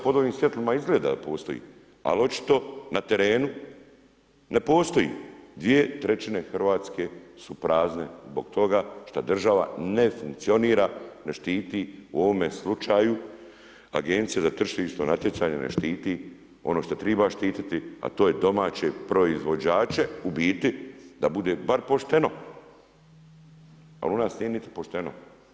Možda pod ovim svjetlima izgleda da postoji, ali očito na terenu ne postoji, dvije trećine Hrvatske su prazne zbog toga što država ne funkcionira, ne štiti u ovome slučaju Agencija za tržišnog natjecanje ne štiti ono što triba štititi, a to je domaće proizvođače, u biti da bude bar pošteno, ali u nas nije niti pošteno.